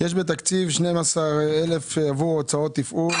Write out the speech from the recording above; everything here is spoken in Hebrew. יש 12,000 עבור הוצאות תפעול.